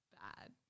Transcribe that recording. bad